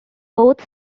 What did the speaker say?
both